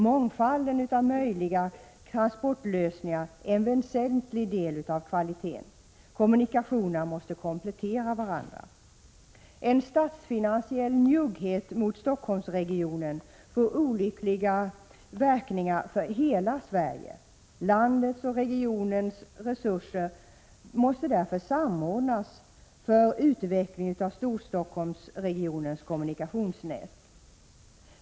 Mångfalden av möjliga transportlösningar är en väsentlig del av kvaliteten. Kommunikationerna måste komplettera varandra. En statsfinansiell njugghet mot Stockholmsregionen får olyckliga verkningar för hela Sverige. Landets och regionens resurser bör därför samordnas för utveckling av Stockholmsregionens kommunikationsnät.